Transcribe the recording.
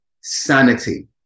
sanity